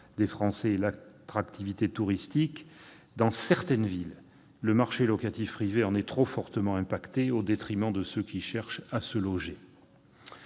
des Français et l'attractivité touristique de nos régions, dans certaines villes, le marché locatif privé en est trop fortement impacté, au détriment de ceux qui cherchent à se loger.